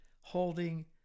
holding